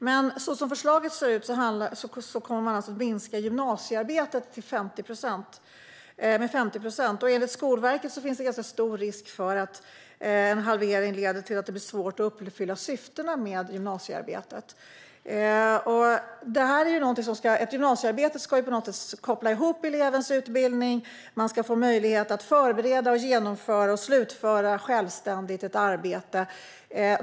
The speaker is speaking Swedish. Men så som förslaget ser ut kommer man att minska gymnasiearbetet med 50 procent. Enligt Skolverket finns det en ganska stor risk för att en halvering leder till att det blir svårt att uppfylla syftena med gymnasiearbetet. Ett gymnasiearbete ska på något sätt knyta ihop elevens utbildning. Man ska få möjlighet att förbereda, genomföra och slutföra ett självständigt arbete.